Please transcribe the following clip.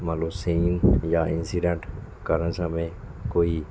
ਮੰਨ ਲਓ ਸੀਨ ਜਾਂ ਇੰਸੀਡੈਂਟ ਕਰਨ ਸਮੇਂ ਕੋਈ